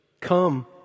Come